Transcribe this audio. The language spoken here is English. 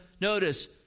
notice